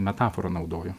metaforą naudoju